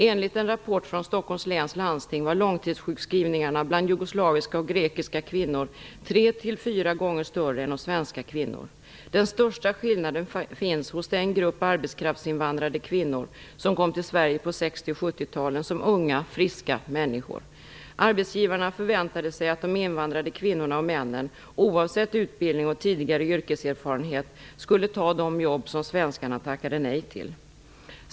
Enligt en rapport från Stockholms läns landsting var långtidssjukskrivningarna bland jugoslaviska och grekiska kvinnor tre till fyra gånger större än hos svenska kvinnor. Den största skillnaden finns hos den grupp arbetskraftsinvandrade kvinnor som kom till Sverige på 60 och 70-talen som unga friska människor. Arbetsgivarna förväntade sig att de invandrade kvinnorna och männen - oavsett utbildning och tidigare yrkeserfarenhet - skulle ta de jobb som svenskarna tackade nej till.